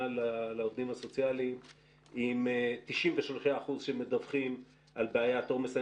לעובדים הסוציאליים עם 93 אחוזים שמדווחים על בעיית עומס.